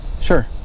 Sure